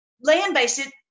land-based